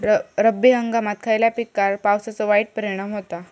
रब्बी हंगामात खयल्या पिकार पावसाचो वाईट परिणाम होता?